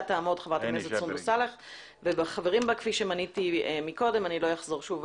תעמוד חברת הכנסת סונדוס סאלח וחברים בה כפי שמניתי קודם לכן.